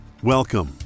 Welcome